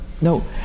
No